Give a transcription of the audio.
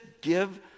give